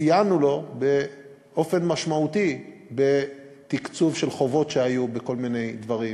סייענו לו באופן משמעותי בתקצוב של חובות שהיו בכל מיני דברים,